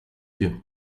you